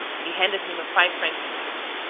he handed him a five-franc piece.